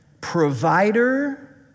provider